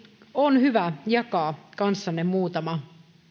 on hyvä jakaa kanssanne muutama